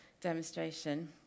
demonstration